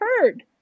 heard